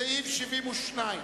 סעיף 72,